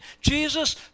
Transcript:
Jesus